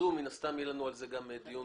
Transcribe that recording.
מן הסתם יהיה לנו על ההגדרה הזו גם דיון בהמשך.